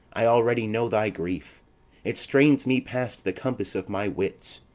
i already know thy grief it strains me past the compass of my wits.